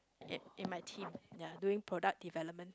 in in my team ya doing product development